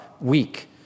week